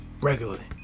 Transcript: regularly